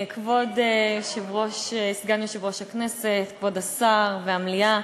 כבוד סגן יושב-ראש הכנסת, כבוד השר והמליאה,